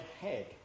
head